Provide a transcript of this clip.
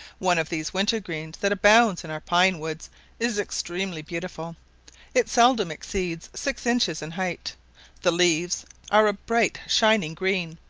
one of these winter-greens that abounds in our pine-woods is extremely beautiful it seldom exceeds six inches in height the leaves are a bright shining green,